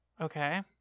okay